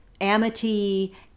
Amity